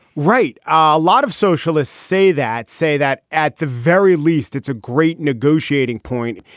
right ah a lot of socialists say that say that at the very least, it's a great negotiating point.